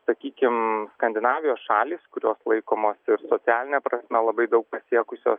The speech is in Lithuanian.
sakykim skandinavijos šalys kurios laikomos ir socialine prasme labai daug pasiekusios